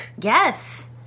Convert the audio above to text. Yes